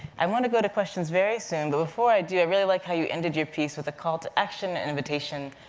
i wanna go to questions very soon, but before i do, i really like how you ended your piece with a call to action and invitation.